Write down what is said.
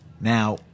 Now